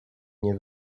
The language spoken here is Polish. nie